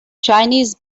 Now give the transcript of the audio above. chinese